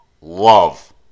love